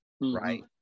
right